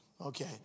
Okay